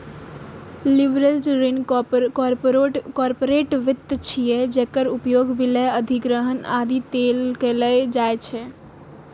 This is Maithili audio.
लीवरेज्ड ऋण कॉरपोरेट वित्त छियै, जेकर उपयोग विलय, अधिग्रहण, आदि लेल कैल जाइ छै